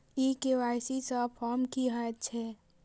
ई KYC form की हएत छै?